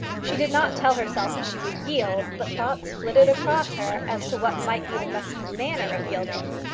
she did not tell herself that she would yield, but thoughts flitted across her as to what might be the best manner of yielding.